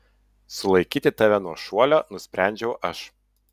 sulaikyti tave nuo šuolio nusprendžiau aš